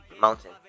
mountain